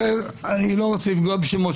אני לא רוצה לנקוב שמות,